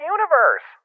Universe